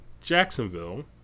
jacksonville